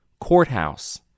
courthouse